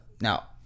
now